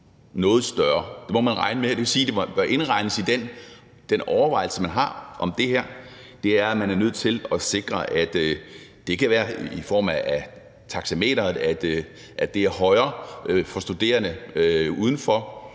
Det må man regne med. Og det vil sige, at det bør indregnes i den overvejelse, man har om det her, nemlig at man er nødt til at sikre det, og det kan være i form af taxameteret, altså at det er højere for studerende uden for